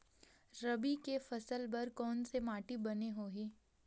रबी के फसल बर कोन से माटी बने होही?